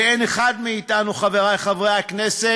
ואין אחד מאתנו, חברי חבר הכנסת,